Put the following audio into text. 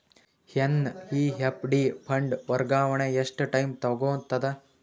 NEFT fund ವರ್ಗಾವಣೆ ಎಷ್ಟ time ತೋಗೊತದ?